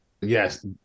Yes